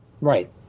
Right